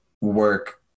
work